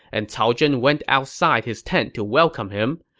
and cao zhen went outside his tent to welcome him.